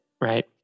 right